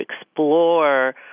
explore